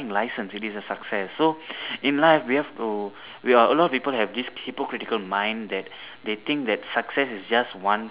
license it is a success so in life we have to we are a lot of people have this hypocritical mind that they think that success is just one